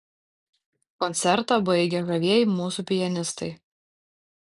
koncertą baigė žavieji mūsų pianistai